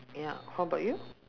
ya how about you